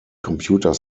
computer